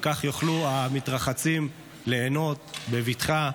וכך יוכלו המתרחצים ליהנות בבטחה,